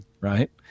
right